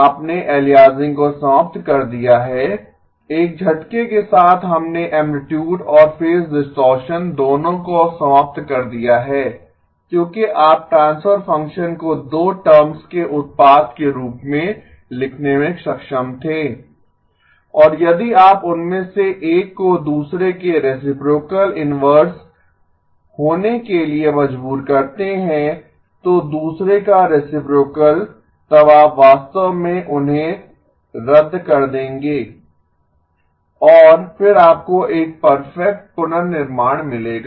आपने एलियासिंग को समाप्त कर दिया है एक झटके के साथ हमने ऐमप्लितुड और फेज डिस्टॉरशन दोनों को समाप्त कर दिया है क्योंकि आप ट्रांसफर फंक्शन को दो टर्म्स के उत्पाद के रूप में लिखने में सक्षम थे और यदि आप उनमें से एक को दूसरे के रेसिप्रोकल इनवर्स होने के लिए मजबूर करते हैं तो दूसरे का रेसिप्रोकल तब आप वास्तव में उन्हें रद्द कर देंगे और फिर आपको एक परफेक्ट पुनर्निर्माण मिलेगा